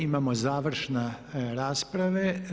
Imamo završne rasprave.